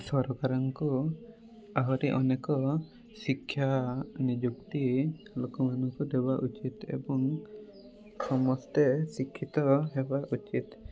ସରକାରଙ୍କୁ ଆହୁରି ଅନେକ ଶିକ୍ଷା ନିଯୁକ୍ତି ଲୋକମାନଙ୍କୁ ଦେବା ଉଚିତ୍ ଏବଂ ସମସ୍ତେ ଶିକ୍ଷିତ ହେବା ଉଚିତ୍